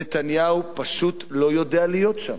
נתניהו פשוט לא יודע להיות שם.